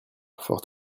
fort